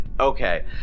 Okay